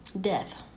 Death